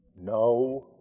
no